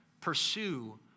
Pursue